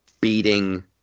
beating